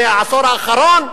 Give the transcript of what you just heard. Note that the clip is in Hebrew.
זה העשור האחרון.